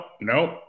nope